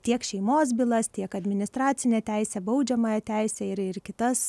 tiek šeimos bylas tiek administracinę teisę baudžiamąją teisę ir ir kitas